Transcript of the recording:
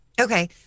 okay